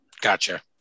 gotcha